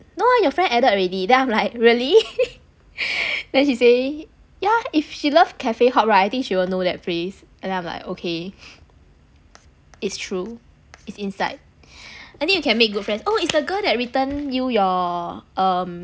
no eh your friend added already then I'm like really then she say yeah if she love cafe hop right I think she will know that place and then I'm like okay it's true it's inside I think you can make good friends oh it's a girl that return you your um